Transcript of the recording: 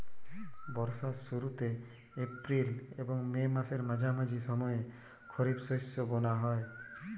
বর্ষার শুরুতে এপ্রিল এবং মে মাসের মাঝামাঝি সময়ে খরিপ শস্য বোনা হয়